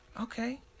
Okay